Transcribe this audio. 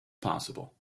possible